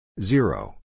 Zero